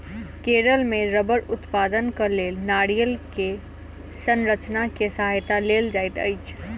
केरल मे रबड़ उत्पादनक लेल नारियल के संरचना के सहायता लेल जाइत अछि